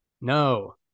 No